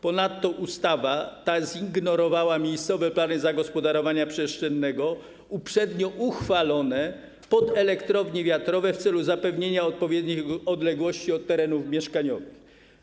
Ponadto ustawa ta zignorowała miejscowe plany zagospodarowania przestrzennego uprzednio uchwalone pod elektrownie wiatrowe w celu zapewnienia odpowiednich odległości od terenów mieszkaniowych.